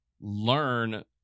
learn